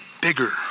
bigger